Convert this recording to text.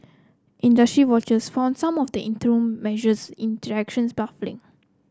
industry watchers found some of the interim measures in directions baffling